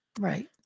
Right